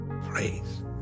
praise